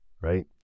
right